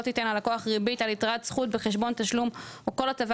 תיתן על לקוח ריבית על יתרת זכות בחשבון תשלום או כל התווה